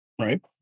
right